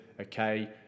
Okay